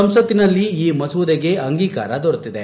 ಸಂಸತ್ತಿನಲ್ಲಿ ಈ ಮಸೂದೆಗೆ ಅಂಗೀಕಾರ ದೊರೆತಿದೆ